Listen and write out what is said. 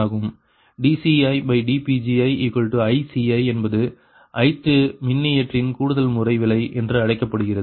dCidPgiICi என்பது ithமின்னியற்றியின் கூடுதல்முறை விலை என்று அழைக்கப்படுகிறது